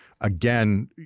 again